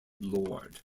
lord